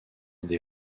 des